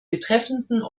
betreffenden